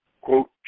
quote